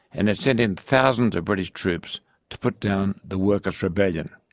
and it sent in thousands of british troops to put down the workers' rebellion.